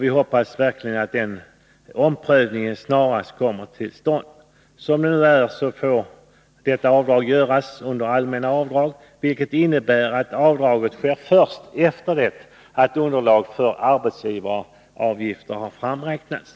Vi hoppas verkligen att den omprövningen snarast kommer till stånd. Som det nu är får detta avdrag göras under allmänna avdrag, vilket innebär att avdraget sker först efter det att underlag för arbetsgivaravgifter har framräknats.